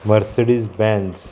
Mercedes Benz